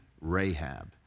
Rahab